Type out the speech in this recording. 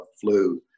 flu